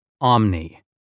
Omni